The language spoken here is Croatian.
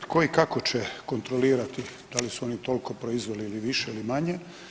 Tko i kako će kontrolirati da li su oni toliko proizveli ili više ili manje?